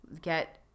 get